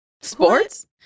Sports